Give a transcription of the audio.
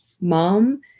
mom